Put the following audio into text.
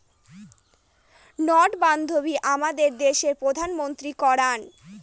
নোটবন্ধী আমাদের দেশের প্রধানমন্ত্রী করান